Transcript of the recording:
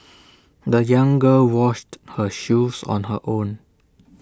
the young girl washed her shoes on her own